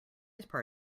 birthday